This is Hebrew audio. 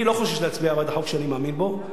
אני לא חושש להצביע בעד החוק שאני מאמין בו.